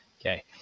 Okay